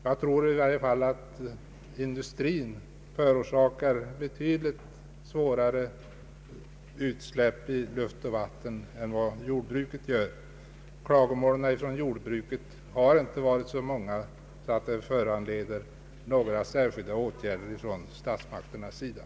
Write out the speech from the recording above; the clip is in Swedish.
Jag tror i varje fall att industrin förorsakar betydligt svårare utsläpp än jordbruket i luft och vatten. Klagomålen mot jordbrukets förorening har inte varit så många att de föranleder några särskilda åtgärder från statsmakternas sida.